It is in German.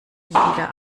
wieder